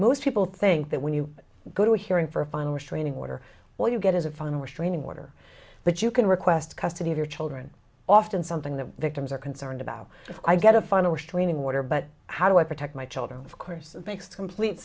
most people think that when you go to a hearing for a final restraining order well you get as a final restraining order but you can request custody of your children often something that victims are concerned about i get a final restraining order but how do i protect my children of course makes complete